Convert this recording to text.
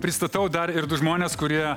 pristatau dar ir du žmones kurie